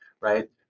right